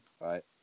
right